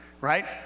right